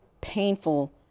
painful